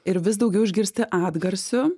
ir vis daugiau išgirsti atgarsių